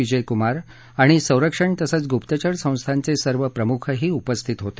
विजय कुमार आणि संरक्षण तसंच गुप्तचर संस्थांचे सर्व प्रमुखही उपस्थित होते